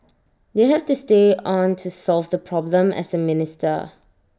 you have to stay on to solve the problem as A minister